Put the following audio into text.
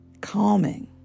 calming